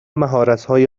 مهارتهای